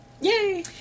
Yay